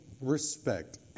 respect